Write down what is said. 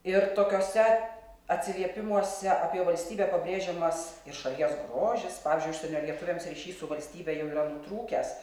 ir tokiuose atsiliepimuose apie valstybę pabrėžiamas ir šalies grožis pavyzdžiui užsienio lietuviams ryšys su valstybe jau yra nutrūkęs